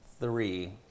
three